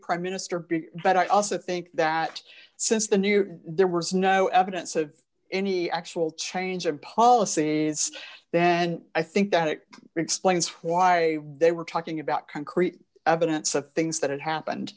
prime minister big but i also think that since the new there was no evidence of any actual change of policy then i think that it explains why they were talking about concrete evidence of things that happened